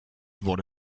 wurde